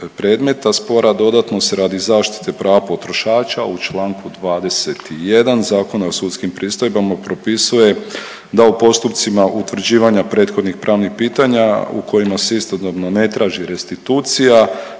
spora, dodatno se radi zaštite prava potrošača u čl. 21. Zakona o sudskim pristojbama propisuje da u postupcima utvrđivanja prethodnih pravnih pitanja u kojima se istodobno ne traži restitucija,